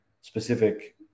specific